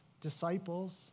disciples